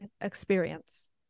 experience